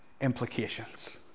implications